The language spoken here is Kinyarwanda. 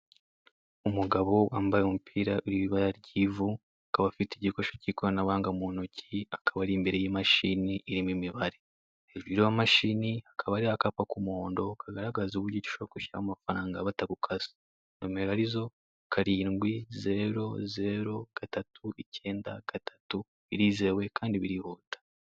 Umugabo wambaye umupira uriho Ibara ry'ivu akaba afite igikoresho k'ikoranabuhanga mu ntoki akaba ari imbere y'imashini irimo imibare hejuru yiyo mashini hakaba hariho akapa k'umuhondo kagaragaze uburyo ki ushobora kwishyuramo amafaranga batagukase nimero arizo Karindwi zero zero gatatu icyenda gatatu irizewe Kandi birihuta.